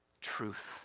truth